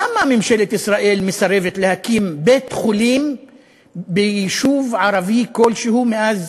למה ממשלת ישראל מסרבת להקים בית-חולים ביישוב ערבי כלשהו מאז